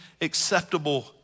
acceptable